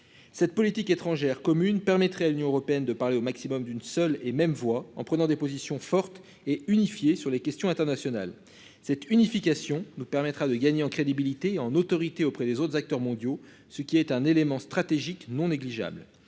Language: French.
Cette politique étrangère commune, permettrait à l'Union européenne de parler au maximum d'une seule et même voix en prenant des positions fortes et unifiée sur les questions internationales cette unification nous permettra de gagner en crédibilité en autorité auprès des autres acteurs mondiaux, ce qui est un élément stratégique non négligeable.